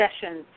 sessions